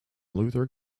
luther